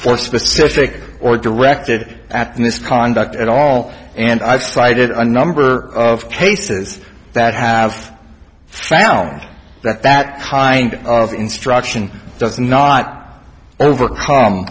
for specific or directed at misconduct at all and i've cited a number of cases that have found that that kind of instruction does not overcome